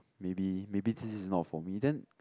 maybe maybe this is not for me then